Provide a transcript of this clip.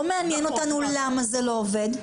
לא מעניין אותנו למה זה לא עובד,